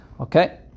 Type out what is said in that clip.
Okay